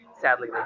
sadly